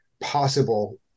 possible